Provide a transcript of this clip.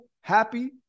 happy